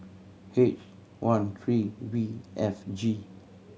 H one three V F G